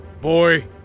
Boy